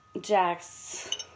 Jax